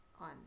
on